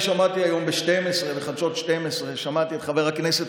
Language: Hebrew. אני שמעתי היום בחדשות 12 את חבר הכנסת